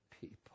people